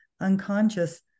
unconscious